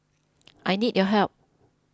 I need your help